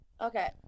Okay